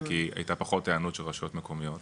כי הייתה פחות היענות של רשויות מקומיות.